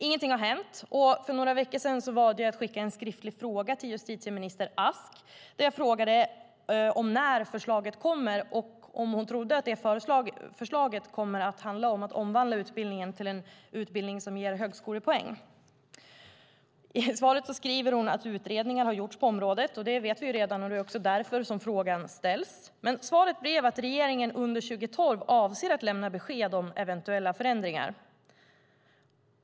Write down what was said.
Ingenting har hänt, och för några veckor sedan valde jag att ställa en skriftlig fråga till justitieminister Ask där jag frågade när förslaget kommer och om hon trodde att förslaget kommer att handla om att omvandla utbildningen till en utbildning som ger högskolepoäng. I svaret skriver hon att utredningar har gjorts på området. Det vet vi redan; det var därför frågan ställdes. Svaret blev dock att regeringen under 2012 avser att lämna besked om eventuella förändringar.